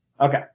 Okay